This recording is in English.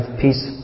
peace